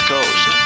Coast